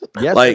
Yes